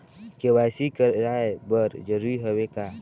KYC कराय बर जरूरी हवे का?